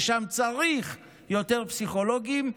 ושם צריך יותר פסיכולוגים,